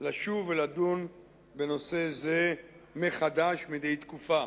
לשוב ולדון בנושא זה מחדש מדי תקופה.